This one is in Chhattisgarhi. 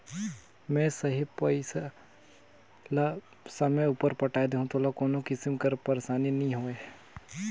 में सही पइसा ल समे उपर पटाए देहूं तोला कोनो किसिम कर पइरसानी नी होए